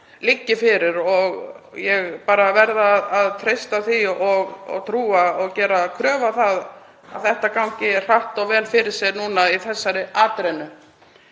liggi fyrir. Ég verð bara að treysta því og trúa og gera kröfu á það að þetta gangi hratt og vel fyrir sig í þessari atrennu.